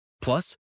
Plus